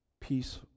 peace